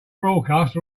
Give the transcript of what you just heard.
broadcast